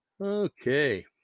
okay